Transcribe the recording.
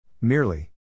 Merely